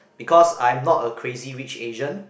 because I'm not a Crazy-Rich-Asian